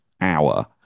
hour